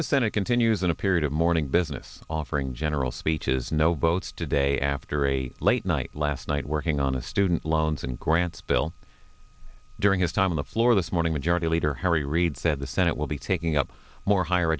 the senate continues in a period of morning business offering general speeches no votes today after a late night last night working on a student loans and grants bill during his time on the floor this morning majority leader harry reid said the senate will be taking up more higher